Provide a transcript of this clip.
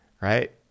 right